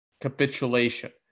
capitulation